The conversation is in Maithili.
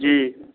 जी